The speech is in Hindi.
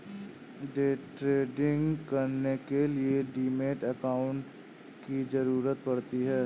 डे ट्रेडिंग करने के लिए डीमैट अकांउट की जरूरत पड़ती है